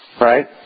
Right